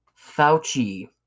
Fauci